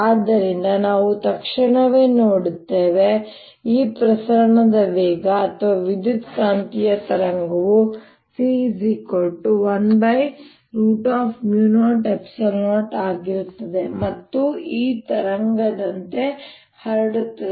ಆದ್ದರಿಂದ ನಾವು ತಕ್ಷಣವೇ ನೋಡುತ್ತೇವೆ ಈ ಪ್ರಸರಣದ ವೇಗ ಅಥವಾ ವಿದ್ಯುತ್ಕಾಂತೀಯ ತರಂಗವು c100 ಆಗಿರುತ್ತದೆ ಮತ್ತು E ತರಂಗದoತೆ ಹರಡುತ್ತದೆ